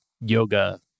yoga